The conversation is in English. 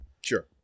Sure